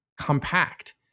compact